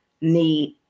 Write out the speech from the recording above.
need